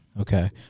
Okay